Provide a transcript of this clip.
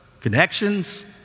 Connections